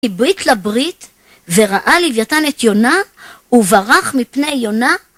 הביט לברית, וראה לויתן את יונה, וברח מפני יונה.